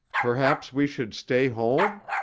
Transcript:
perhaps we should stay home?